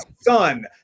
son